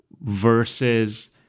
versus